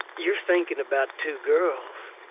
you're thinking about two girls.